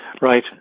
Right